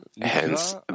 hence